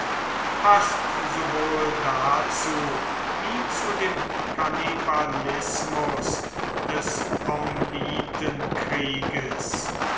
paßt sowohl dazu wie zu dem kannibalismus des